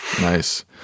Nice